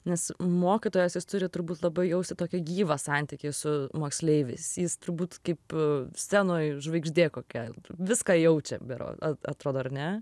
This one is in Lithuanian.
nes mokytojas jis turi turbūt labai jausti tokį gyvą santykį su moksleiviais jis turbūt kaip scenoj žvaigždė kokia viską jaučia be ro a atrodo ar ne